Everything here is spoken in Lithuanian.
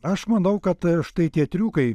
aš manau kad štai tie triukai